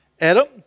Adam